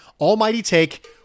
#AlmightyTake